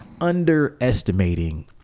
underestimating